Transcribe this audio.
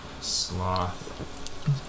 Sloth